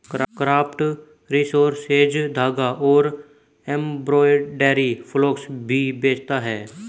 craft resources धागा और embroidery floss भी बेचता है